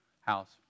house